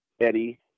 Eddie